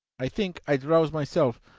i think i drowse myself,